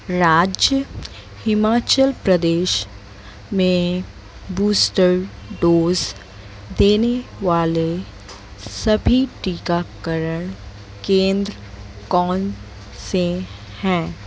राज्य हिमाचल प्रदेश में booster dose देने वाले सभी टीकाकरण केंद्र कौन से हैं